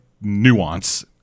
nuance